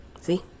See